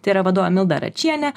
tai yra vadovė milda račienė